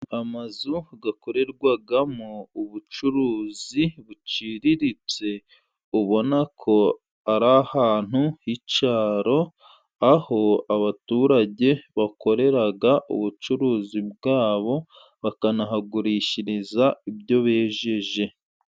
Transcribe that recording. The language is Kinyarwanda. Amazu akorerwamo ubucuruzi buciriritse ,ubona ko ari ahantu h'icyaro ,aho abaturage bakorera ubucuruzi bwabo ,bakanahagurishiriza ibyo bejeje.